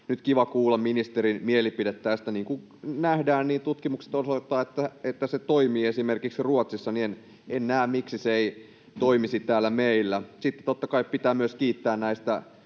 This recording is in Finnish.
kiva kuulla ministerin mielipide tästä. Niin kuin nähdään, tutkimukset osoittavat, että se toimii esimerkiksi Ruotsissa, enkä näe, miksi se ei toimisi täällä meillä. Sitten totta kai pitää myös kiittää näistä,